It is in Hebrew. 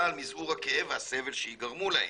על מזעור הכאב והסבל שייגרמו להם'.